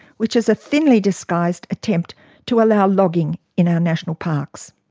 which is a thinly disguised attempt to allow logging in our national parks.